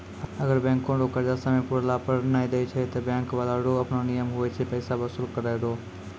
अगर बैंको रो कर्जा समय पुराला पर नै देय छै ते बैंक बाला रो आपनो नियम हुवै छै पैसा बसूल करै रो